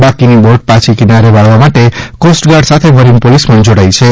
બાકીની બોટ પાછી કિનારે વાળવા માટે કોસ્ટગાર્ડ સાથે મરીન પોલીસ પણ જોડાઇ છે